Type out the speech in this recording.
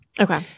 Okay